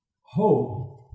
hope